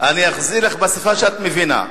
אני אחזיר לך בשפה שאת מבינה.